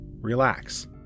Relax